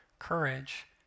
courage